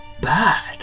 bad